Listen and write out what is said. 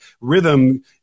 rhythm